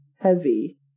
heavy